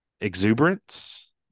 exuberance